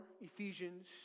Ephesians